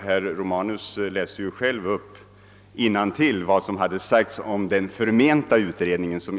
Herr Romanus läste ju själv upp vad som sagts om den förmenta utredningen.